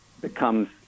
becomes